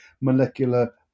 molecular